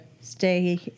stay